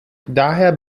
daher